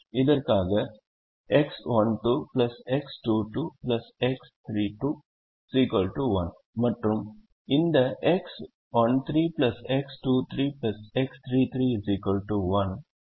இதற்காக X12 X22 X32 1 மற்றும் இந்த X13 X23 X33 1